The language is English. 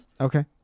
Okay